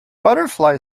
butterfly